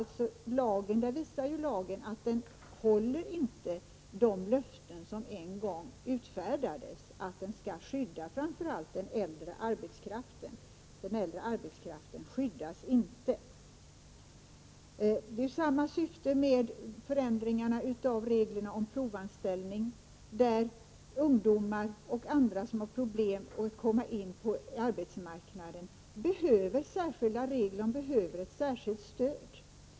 Lagen håller inte de löften som en gång utfärdades, nämligen att skydda framför allt den äldre arbetskraften. Den äldre arbetskraften skyddas inte. Syftet är detsamma när det gäller förändringen av reglerna om provanställ — Prot. 1985/86:31 ning, där ungdomar och andra som har problem får komma in på arbetsmark 20 november 1985 naden. Det behövs härvidlag särskilda regler, ett särskilt stöd.